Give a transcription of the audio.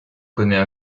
connaît